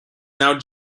now